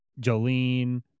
Jolene